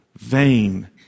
vain